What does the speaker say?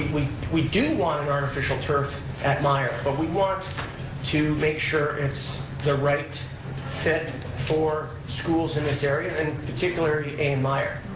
we we do want an artificial turf at myer, but we want to make sure it's the right fit for schools in this area, and particularly a n. myer.